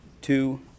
two